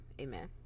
Amen